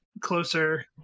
closer